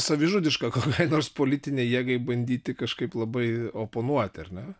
savižudiška kokiai nors politinei jėgai bandyti kažkaip labai oponuoti ar ne